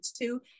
two